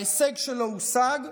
ההישג שלו הושג,